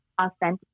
authentic